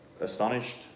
astonished